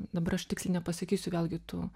dabar aš tiksliai nepasakysiu vėlgi tų